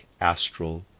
astral